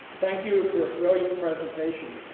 thank you for a brilliant presentation.